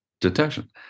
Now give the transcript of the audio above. detection